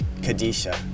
Kadisha